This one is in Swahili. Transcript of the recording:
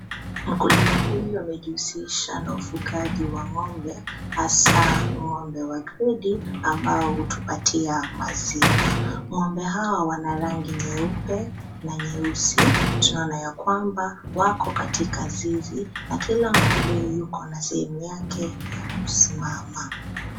Mkulima huyu amejihusisha na ufugaji wa ng'ombe hasa ng'ombe wa gredi, ambao hutupatia maziwa. Ng'ombe hawa wana rangi nyeupe na nyeusi. Tunaona ya kwamba wako katika zizi na kila ng'ombe yuko na sehemu yake ya kusimama.